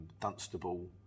Dunstable